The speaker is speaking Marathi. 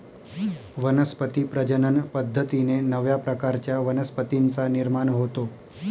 वनस्पती प्रजनन पद्धतीने नव्या प्रकारच्या वनस्पतींचा निर्माण होतो